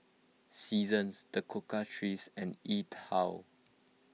Seasons the Cocoa Trees and E twow